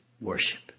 worship